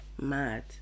mad